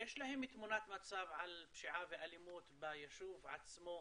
יש להם תמונת מצב על פשיעה ואלימות ביישוב עצמו?